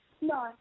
no